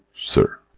sir.